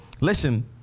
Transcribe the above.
Listen